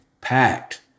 packed